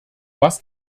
was